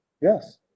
Yes